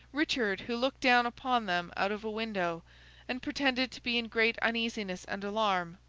richard, who looked down upon them out of a window and pretended to be in great uneasiness and alarm,